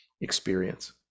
experience